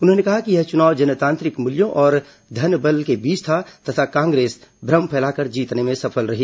उन्होंने कहा कि यह चुनाव जनतांत्रिक मूल्यों और धन बल के बीच था तथा कांग्रेस भ्रम फैलाकर जीतने में सफल रही